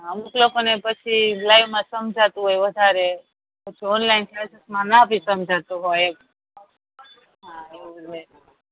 હા અમુક લોકોને પછી લાઈવમાં સમજાતું હોય વધારે પછી ઓનલાઈન ક્લાસીસમાં બી સમજાતું હોય એમ હા એવું હોય